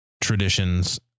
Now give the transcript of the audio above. traditions